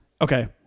Okay